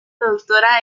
productora